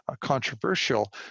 controversial